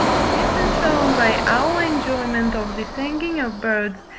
this is shewn by our enjoyment of the singing of birds,